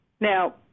now